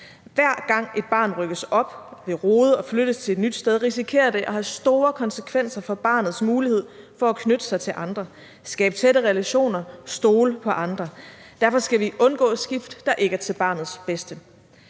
Hver gang et barn rykkes op ved rode og flyttes til et nyt sted, risikerer det at have store konsekvenser for barnets mulighed for at knytte sig til andre, skabe tætte relationer, stole på andre. Derfor skal vi undgå skift, der ikke er til barnets bedste.